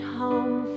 home